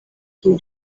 kiu